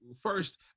first